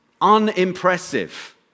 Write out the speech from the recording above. unimpressive